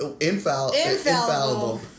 infallible